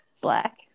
Black